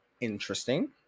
interesting